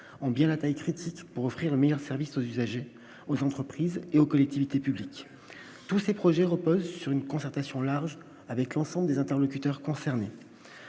en bien la taille critique pour offrir un meilleur service aux usagers, aux entreprises et aux collectivités publiques, tous ces projets reposent sur une concertation large avec l'ensemble des interlocuteurs concernés,